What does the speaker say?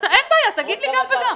--- אין בעיה, תגיד לי גם וגם.